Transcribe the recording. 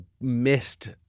missed